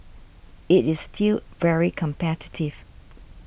it is still very competitive